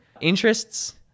interests